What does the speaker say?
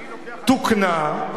תוקנה,